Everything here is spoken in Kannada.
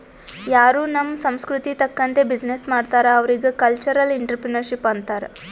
ಯಾರೂ ನಮ್ ಸಂಸ್ಕೃತಿ ತಕಂತ್ತೆ ಬಿಸಿನ್ನೆಸ್ ಮಾಡ್ತಾರ್ ಅವ್ರಿಗ ಕಲ್ಚರಲ್ ಇಂಟ್ರಪ್ರಿನರ್ಶಿಪ್ ಅಂತಾರ್